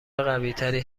قویتری